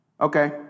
Okay